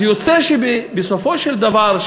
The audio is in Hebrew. אז יוצא שבסופו של דבר,